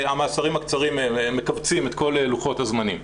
המאסרים הקצרים מכווצים את כל לוחות הזמנים.